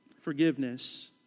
Forgiveness